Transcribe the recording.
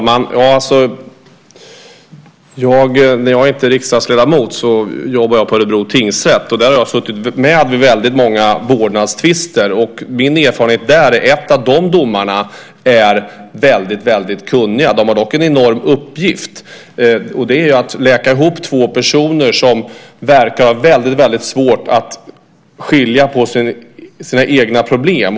Herr talman! När jag inte är riksdagsledamot jobbar jag på Örebro tingsrätt. Där har jag suttit med vid väldigt många vårdnadstvister. Min erfarenhet är att de domarna är väldigt kunniga. De har en enorm uppgift, nämligen att läka ihop två personer som verkar ha väldigt svårt att skilja på sina egna problem.